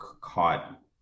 caught